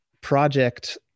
Project